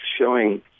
showing